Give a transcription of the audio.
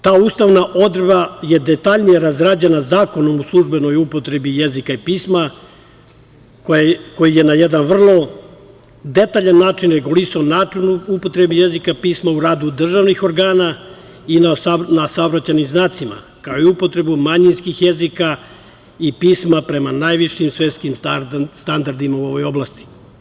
Ta ustavna odredba je detaljnije razrađena Zakonom o službenoj upotrebu jezika i pisma, koji je na jedan vrlo detaljan način regulisao način upotrebe jezika i pisma u radu državnih organa i na saobraćajnim znacima, kao i upotrebu manjinskih jezika i pisma prema najvišim svetskim standardima u ovoj oblasti.